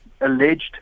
alleged